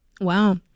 Wow